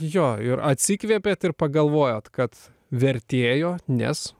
jo ir atsikvėpėt ir pagalvojot kad vertėjo nes